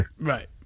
Right